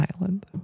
Island